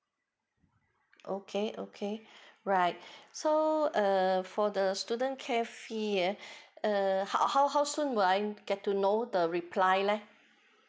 okay okay right so err for the student care fee uh err how how how soon will I get to know the reply leh